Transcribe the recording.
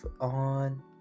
on